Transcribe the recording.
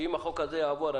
שאם החוק הזה יעבור,